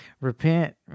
repent